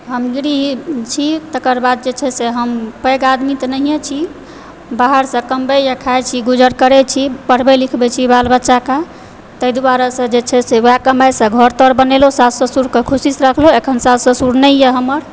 हम गरीब छी तकर बाद जे छै से हम पैघ आदमी तऽ नहिए छी बाहरसँ कमबय आ खाय छी गुजर करयछी पढ़बय लिखबय छी बाल बच्चाकऽ ताहि दुआरे जे छै से वएह कमाइ से घर तर बनेलउ सास ससुरकऽ खुशीसँ रखलहुँ अखन सास ससुर नहि यऽ हमर